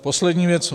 Poslední věc.